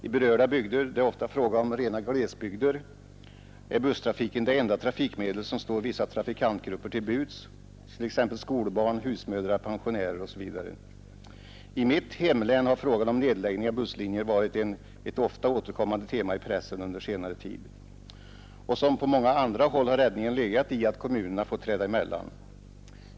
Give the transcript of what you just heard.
I berörda bygder — det är ofta fråga om rena glesbygder — är busstrafiken det enda trafikmedel som står vissa trafikantgrupper till buds, t.ex. skolbarn, husmödrar, pensionärer m.fl. I mitt hemlän har frågan om nedläggning av busslinjer varit ett ofta återkommande tema i pressen under senare tid, och som på många andra håll har räddningen legat i att kommunerna fått träda emellan.